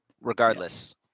regardless